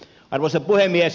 arvoisa puhemies